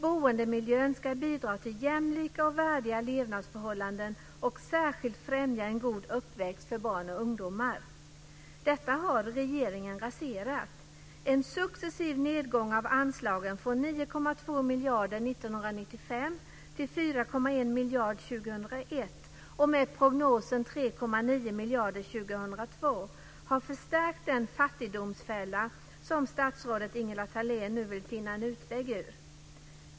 Boendemiljön ska bidra till jämlika och värdiga levnadsförhållanden och särskilt främja en god uppväxt för barn och ungdomar. Detta har regeringen raserat. En successiv nedgång av anslagen från 9,2 miljarder 1995 till 2002, har förstärkt den fattigdomsfälla som statsrådet Ingela Thalén nu vill finna en utväg ur.